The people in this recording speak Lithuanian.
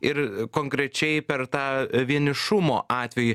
ir konkrečiai per tą vienišumo atvejį